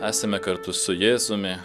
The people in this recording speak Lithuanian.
esame kartu su jėzumi